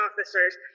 officers